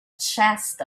chest